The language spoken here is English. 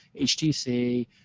HTC